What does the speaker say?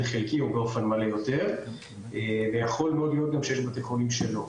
מלא או באופן חלקי יותר ויכול מאוד להיות שיש גם בתי חולים שלא